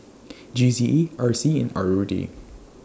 G C E R C and R O D